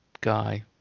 guy